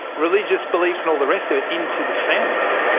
religious beliefs and all the rest of it into the family,